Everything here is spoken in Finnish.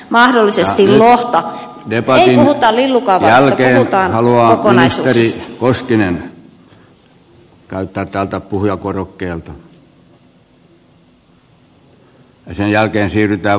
nyt debatin jälkeen haluaa ministeri koskinen käyttää puheenvuoron täältä puhujakorokkeelta ja sen jälkeen siirrytään varsinaisiin puheenvuoroihin